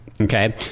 okay